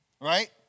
right